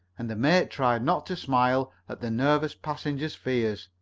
and the mate tried not to smile at the nervous passenger's fears.